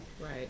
Right